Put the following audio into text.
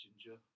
ginger